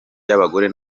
y’abagore